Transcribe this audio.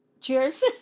Cheers